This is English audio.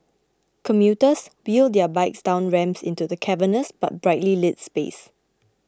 commuters wheel their bikes down ramps into the cavernous but brightly lit space